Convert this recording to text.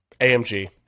AMG